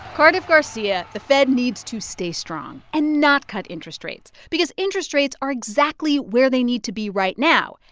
cardiff garcia, the fed needs to stay strong and not cut interest rates because interest rates are exactly where they need to be right now.